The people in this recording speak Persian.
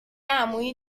عمویی